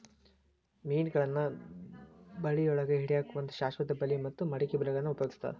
ಮೇನಗಳನ್ನ ಬಳಿಯೊಳಗ ಹಿಡ್ಯಾಕ್ ಒಂದು ಶಾಶ್ವತ ಬಲಿ ಮತ್ತ ಮಡಕಿ ಬಲಿಗಳನ್ನ ಉಪಯೋಗಸ್ತಾರ